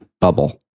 bubble